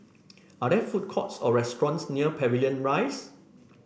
are there food courts or restaurants near Pavilion Rise